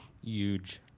Huge